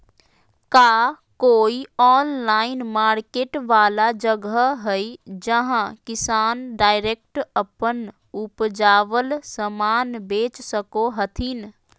का कोई online market वाला जगह हइ जहां किसान डायरेक्ट अप्पन उपजावल समान बेच सको हथीन?